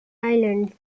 islands